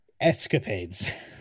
escapades